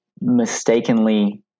mistakenly